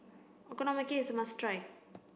Okonomiyaki must try